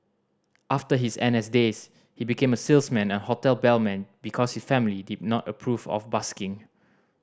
after his N S days he became a salesman and hotel bellman because his family did not approve of busking